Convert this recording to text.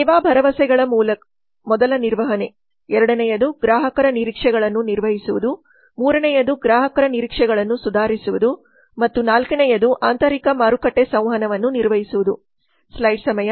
ಸೇವಾ ಭರವಸೆಗಳ ಮೊದಲ ನಿರ್ವಹಣೆ ಎರಡನೆಯದು ಗ್ರಾಹಕರ ನಿರೀಕ್ಷೆಗಳನ್ನು ನಿರ್ವಹಿಸುವುದು ಮೂರನೆಯದು ಗ್ರಾಹಕರ ನಿರೀಕ್ಷೆಗಳನ್ನು ಸುಧಾರಿಸುವುದು ಮತ್ತು ನಾಲ್ಕನೆಯದು ಆಂತರಿಕ ಮಾರುಕಟ್ಟೆ ಸಂವಹನವನ್ನು ನಿರ್ವಹಿಸುವುದು